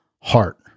heart